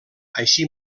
així